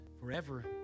forever